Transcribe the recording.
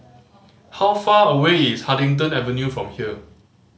how far away is Huddington Avenue from here